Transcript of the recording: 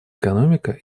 экономика